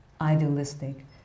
idealistic